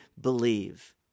believe